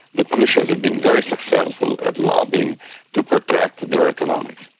the publishers have been very successful at lobbying to protect their economics,